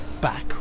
back